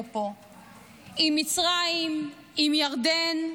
עם מצרים, עם ירדן,